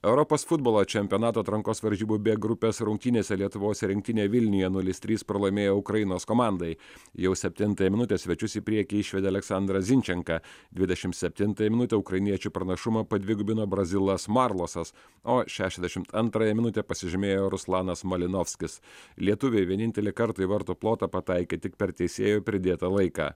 europos futbolo čempionato atrankos varžybų b grupės rungtynėse lietuvos rinktinė vilniuje nulis trys pralaimėjo ukrainos komandai jau septintąją minutę svečius į priekį išvedė aleksandras zinčenka dvidešim septintąją minutę ukrainiečių pranašumą padvigubino brazilas marlosas o šešiasdešimt antrąją minutę pasižymėjo ruslanas malinovskis lietuviai vienintelį kartą į vartų plotą pataikė tik per teisėjo pridėtą laiką